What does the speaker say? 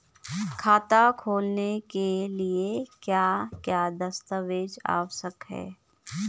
खाता खोलने के लिए क्या क्या दस्तावेज़ आवश्यक हैं?